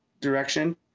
direction